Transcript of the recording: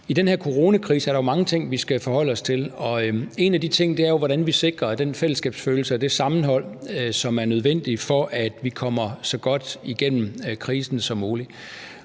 i den her coronakrise jo er mange ting, vi skal forholde os til. Og en af de ting er jo, hvordan vi sikrer den fællesskabsfølelse og det sammenhold, som er nødvendigt for, at vi kommer så godt igennem krisen som muligt.